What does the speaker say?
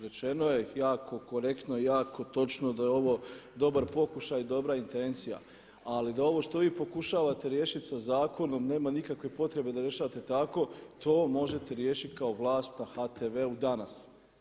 Rečeno je jako korektno i jako točno da je ovo dobar pokušaj i dobra intencija ali da ovo što vi pokušavate riješiti sa zakonom nema nikakve potrebe da rješavate tako to možete riješiti kao vlast na HTV-u danas.